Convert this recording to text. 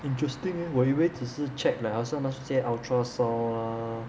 interesting eh 我以为只是 check leh 好像那些 ultra sound ah